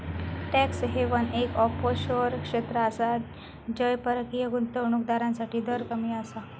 tax haven एक offshore क्षेत्र आसा जय परकीय गुंतवणूक दारांसाठी दर कमी आसा